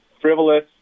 frivolous